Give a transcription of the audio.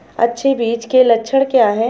अच्छे बीज के लक्षण क्या हैं?